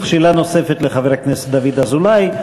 שאלה נוספות לחבר הכנסת דוד אזולאי.